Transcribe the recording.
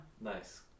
Nice